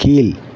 கீழ்